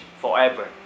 forever